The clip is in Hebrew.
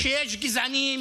אני מבין שיש גזענים,